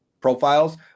profiles